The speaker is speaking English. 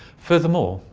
furthermore,